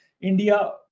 India